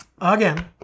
again